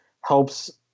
helps